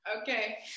Okay